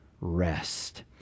rest